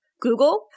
Google